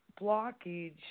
blockage